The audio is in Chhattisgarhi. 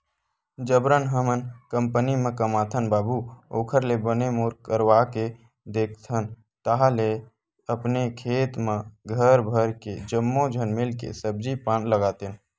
जबरन हमन कंपनी म कमाथन बाबू ओखर ले बने बोर करवाके देखथन ताहले अपने खेत म घर भर के जम्मो झन मिलके सब्जी पान लगातेन